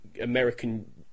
American